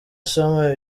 asoma